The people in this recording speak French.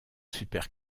super